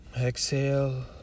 Exhale